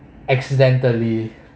accidentally